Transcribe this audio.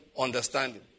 understanding